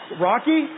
Rocky